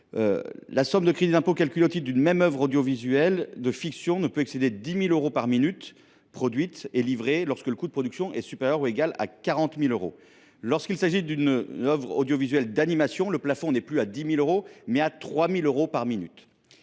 Ainsi, le crédit d’impôt au titre d’une œuvre audiovisuelle de fiction ne peut excéder 10 000 euros par minute produite et livrée si son coût de production est supérieur ou égal à 40 000 euros ; s’il s’agit d’une œuvre audiovisuelle d’animation, le plafond est alors fixé non pas à 10 000 euros, mais à 3 000 euros par minute.